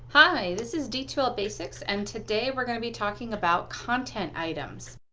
hi! this is d two l basics, and today we're going to be talking about content items.